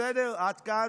בסדר עד כאן.